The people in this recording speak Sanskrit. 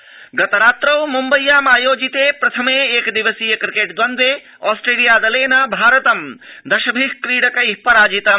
क्रिकेट् गतरात्रौ मुम्बय्यामायोजिते प्रथमे एकदिवसीय क्रिकेट् इन्द्वे ऑस्ट्रेलिया दलेन भारत दशभि क्रीडकै पराजितम्